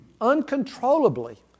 uncontrollably